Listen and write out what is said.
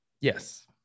Yes